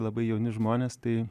labai jauni žmonės tai